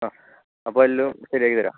ആ അപ്പോൾ എല്ലാം ശരിയാക്കി തരാം